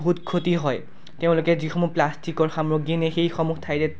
বহুত ক্ষতি হয় তেওঁলোকে যিসমূহ প্লাষ্টিকৰ সামগ্ৰী নিয়ে সেইসমূহ ঠাইতে